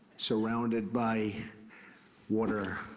surrounded by water,